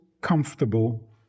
comfortable